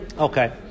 Okay